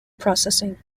processing